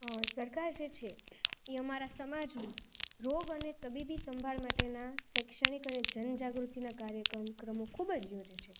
સરકાર જે છે એ અમારા સમાજનું રોગ અને તબીબી સંભાળ માટેના શૈક્ષણિક અને જન જાગૃતિના કાર્યક્રમ ક્રમો ખૂબ જ યોજે છે